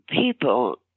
people